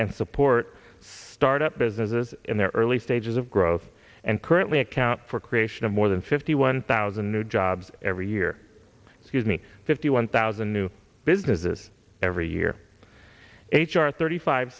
and support startup businesses in their early stages of growth and currently account for creation of more than fifty one thousand new jobs every year excuse me fifty one thousand new businesses every year h r thirty five